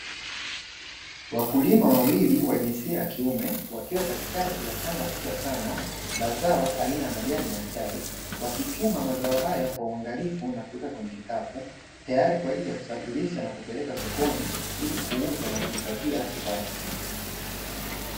Wakulima wawili wa jinsia ya kiume wakiwa katikati ya shamba kubwa sana la zao aina ya majani ya chai, wakichuma mazao haya kwa uangalifu na kuweka kwenye kikapu tayari kwa ajili ya kusafirisha na kupeleka sokoni ilikuuza na kujipatia kipato.